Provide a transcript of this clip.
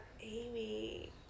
Amy